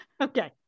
Okay